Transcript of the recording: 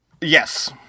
Yes